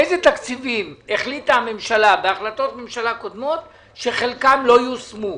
איזה תקציבים החליטה הממשלה בהחלטות ממשלה קודמות שחלקם לא יושמו.